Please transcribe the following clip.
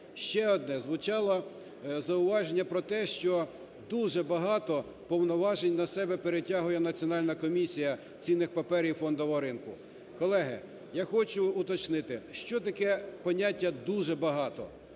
Ще одне. Звучало зауваження про те, що дуже багато повноважень на себе перетягує Національна комісія цінних паперів фондового ринку. Колеги, я хочу уточнити, що таке поняття "дуже багато"?